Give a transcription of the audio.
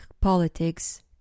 politics